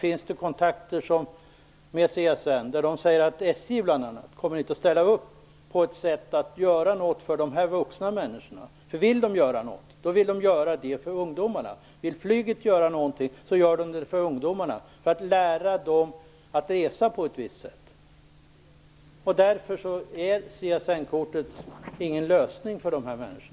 I kontakter har CSN sagt att bl.a. SJ inte kommer att ställa upp på att göra något för de vuxna. Vill de göra något vill de göra det för ungdomarna. Vill flyget göra någonting gör de det för ungdomarna för att lära dem att resa på ett visst sätt. Därför är CSN kortet ingen lösning för dessa människor.